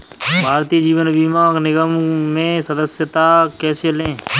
भारतीय जीवन बीमा निगम में सदस्यता कैसे लें?